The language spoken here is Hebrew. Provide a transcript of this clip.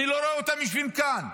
ואני לא רואה אותם יושבים כאן,